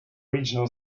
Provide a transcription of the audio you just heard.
regional